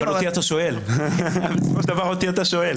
אבל בסופו של דבר אותי אתה שואל.